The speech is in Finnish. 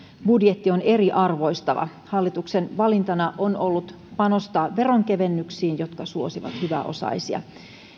budjetti on eriarvoistava hallituksen valintana on ollut panostaa veronkevennyksiin jotka suosivat hyväosaisia